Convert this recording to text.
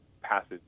passage